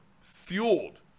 fueled